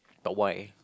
but why